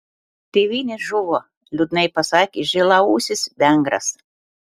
tėvynė žuvo liūdnai pasakė žilaūsis vengras